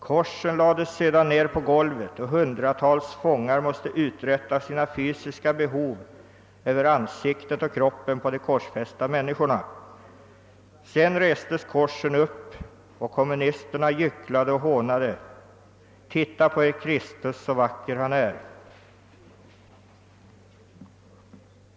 Korsen lades sedan ned på golvet, och hundratals fångar måste uträtta sina fysiska behov över ansiktet och kroppen på de korsfästa människorna. Sedan restes korsen upp, och kommunisterna gycklade och hånade: »Titta på er Kristus, så vacker han är»!